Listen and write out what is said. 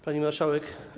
Pani Marszałek!